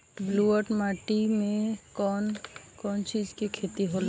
ब्लुअट माटी में कौन कौनचीज के खेती होला?